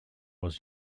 was